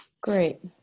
great